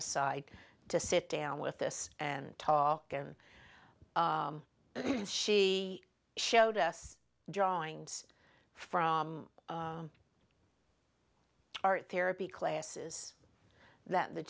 aside to sit down with this and talk and she showed us drawings from art therapy classes that the